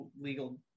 legal